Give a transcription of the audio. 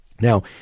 Now